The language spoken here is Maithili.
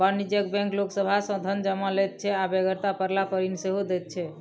वाणिज्यिक बैंक लोक सभ सॅ धन जमा लैत छै आ बेगरता पड़लापर ऋण सेहो दैत छै